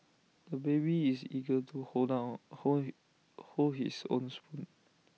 the baby is eager to hold down hold he hold his own spoon